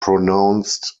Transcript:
pronounced